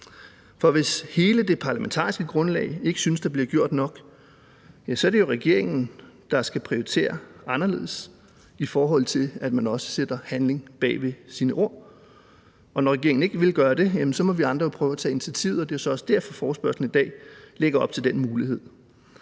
For hvis hele det parlamentariske grundlag ikke synes, der bliver gjort nok, så er det jo regeringen, der skal prioritere anderledes, i forhold til at man også sætter handling bagved sine ord. Og når regeringen ikke vil gøre det, så må vi andre jo prøve at tage initiativet, og det er så også derfor, at forespørgslen i dag lægger op til den mulighed.